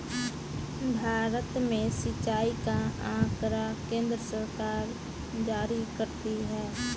भारत में सिंचाई का आँकड़ा केन्द्र सरकार जारी करती है